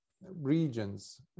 regions